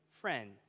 friend